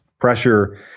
pressure